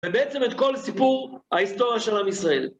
ובעצם את כל סיפור ההיסטוריה של עם ישראל.